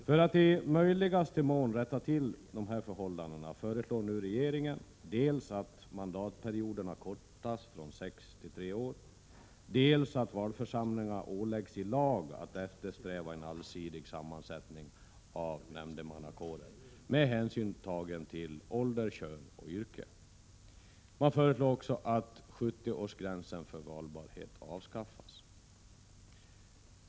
För att i möjligaste mån rätta till förhållandena föreslår nu regeringen dels att mandatperioderna kortas från sex till tre år, dels att valförsamlingarna i lag åläggs att eftersträva en allsidig sammansättning av nämndemannakåren med avseende på ålder, kön och yrke. Regeringen föreslår också att den s.k. 70-årsgränsen för valbarhet avskaffas.